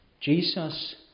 Jesus